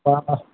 অঁ